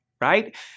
right